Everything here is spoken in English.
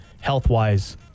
health-wise